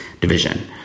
division